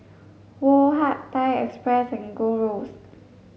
Woh Hup Thai Express and Gold Roast